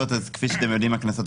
יש ------ לא,